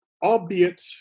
Albeit